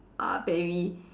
are very